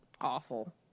awful